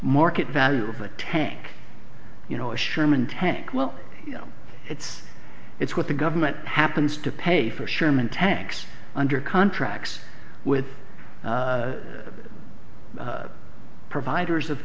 market value of a tank you know a sherman tank well you know it's it's what the government happens to pay for sherman tanks under contracts with the providers of